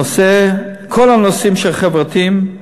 שהנושא, כל הנושאים החברתיים,